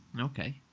okay